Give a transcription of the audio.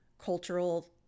cultural